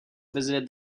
visited